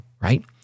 right